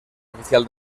oficial